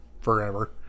forever